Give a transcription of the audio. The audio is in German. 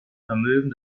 vermögen